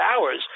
hours